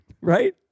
right